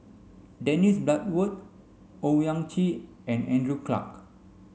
Dennis Bloodworth Owyang Chi and Andrew Clarke